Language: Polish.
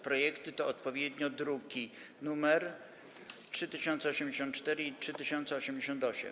Projekty to odpowiednio druki nr 3084 i 3088.